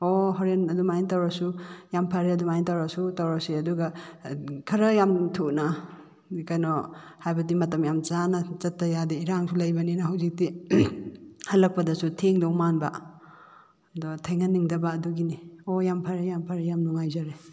ꯑꯣ ꯍꯣꯔꯦꯟ ꯑꯗꯨꯃꯥꯏꯅ ꯇꯧꯔꯁꯨ ꯌꯥꯝ ꯐꯔꯦ ꯑꯗꯨꯃꯥꯏꯅ ꯇꯧꯔꯁꯨ ꯇꯧꯔꯁꯦ ꯑꯗꯨꯒ ꯈꯔ ꯌꯥꯝ ꯊꯨꯅ ꯀꯩꯅꯣ ꯍꯥꯏꯕꯗꯤ ꯃꯇꯝ ꯌꯥꯝ ꯆꯥꯅ ꯆꯠꯇ ꯌꯥꯗꯦ ꯏꯔꯥꯡꯁꯨ ꯂꯩꯕꯅꯤꯅ ꯍꯧꯖꯤꯛꯇꯤ ꯍꯜꯂꯛꯄꯗꯁꯨ ꯊꯦꯡꯗꯧ ꯃꯥꯟꯕ ꯑꯗ ꯊꯦꯡꯍꯟꯅꯤꯡꯗꯕ ꯑꯗꯨꯒꯤꯅꯦ ꯑꯣ ꯌꯥꯝ ꯐꯔꯦ ꯌꯥꯝ ꯐꯔꯦ ꯌꯥꯝ ꯅꯨꯡꯉꯥꯏꯖꯔꯦ